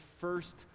first